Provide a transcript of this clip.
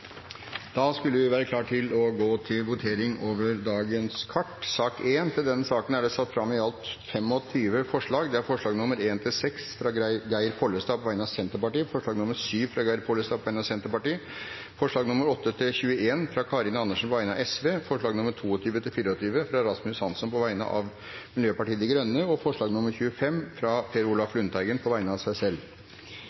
Da skulle vi være klare til å gå til votering. Under debatten er det satt fram i alt 25 forslag. Det er forslagene nr. 1–6, fra Geir Pollestad på vegne av Senterpartiet forslag nr. 7, fra Geir Pollestad på vegne av Senterpartiet forslagene nr. 8–21, fra Karin Andersen på vegne av Sosialistisk Venstreparti forslagene nr. 22–24, fra Rasmus Hansson på vegne av Miljøpartiet De Grønne forslag nr. 25, fra Per Olaf Lundteigen på vegne av seg selv